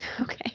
Okay